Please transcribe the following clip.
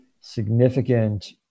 significant